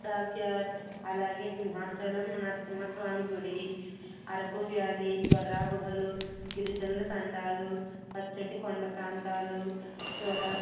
dockyard అలాగే సింహాచలం నరసింహస్వామి గుడి Araku valley Borra గుహలు గిరిజనుల తండాలు పచ్చటి కొండ ప్రాంతాలు చూడ